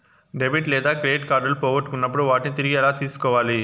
debit లేదా credit కార్డులు పోగొట్టుకున్నప్పుడు వాటిని తిరిగి ఎలా తీసుకోవాలి